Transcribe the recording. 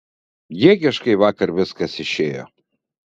jėgiškai vakar viskas išėjo